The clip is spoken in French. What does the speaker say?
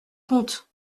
compte